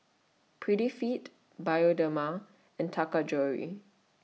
Prettyfit Bioderma and Taka Jewelry